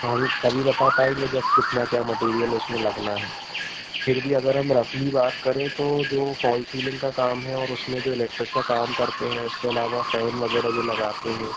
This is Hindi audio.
तो हम ये तभी बता पाएंगे जब कितना क्या मटेरियल उसमें लगना है फिर भी अगर हम रफ़्ली बात करें तो जो फ़ॉल सीलिंग का काम है और उसमें जो इलेक्ट्रिक का काम करते हैं इसके अलावा फ़ैन वगैग़ैरह जो लगाते हैं